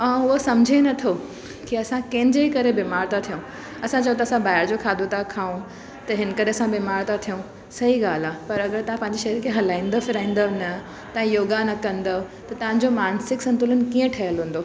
ऐं उहो सम्झे नथो की असां कंहिंजे करे बीमार था थियूं असां चओ था सभु ॿाहिरि जो खाधो था खाऊं त हिन करे असां बीमार था थियूं सही ॻाल्हि आहे पर अगरि तव्हां पंहिंजी शरीर खे हलको हलाईंदो फिराईंदो न तव्हां योगा न कंदो त तव्हांजो मानसिक संतुलन कीअं ठहियलु हूंदो